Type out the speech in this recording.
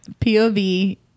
POV